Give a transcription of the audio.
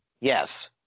Yes